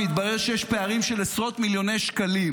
והתברר שיש פערים של עשרות מיליוני שקלים